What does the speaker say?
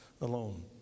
alone